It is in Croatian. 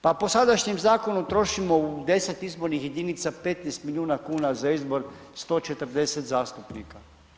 Pa po sadašnjem zakonu trošimo u 10 izbornih jedinica 15 milijuna kuna za izbor 140 zastupnika.